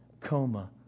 coma